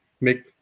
make